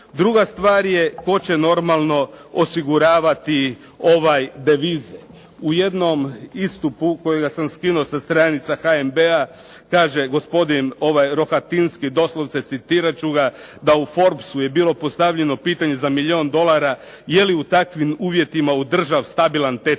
Druga stvar počet normalno osiguravati devize. U jednom istupu kojega sam skinuo sa stranica HNB-a kaže gospodin Rohatinski, doslovce citirat ću ga: "Da u Forbsu je bilo postavljeno pitanje za milijun dolara je li u takvim uvjetima u državi stabilan tečaj?"